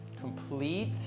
Complete